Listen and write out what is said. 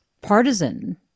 partisan